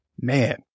Man